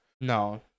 No